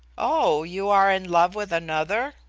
oh! you are in love with another?